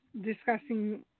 discussing